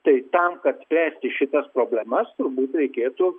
tai tam kad spręsti šitas problemas turbūt reikėtų